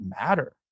matter